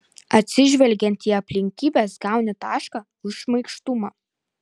atsižvelgiant į aplinkybes gauni tašką už šmaikštumą